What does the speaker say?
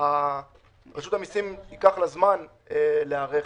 לרשות המסים ייקח זמן להיערך